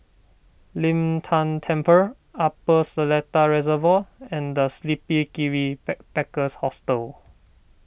Lin Tan Temple Upper Seletar Reservoir and the Sleepy Kiwi Backpackers Hostel